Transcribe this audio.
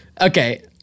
Okay